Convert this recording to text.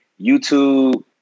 YouTube